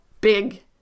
big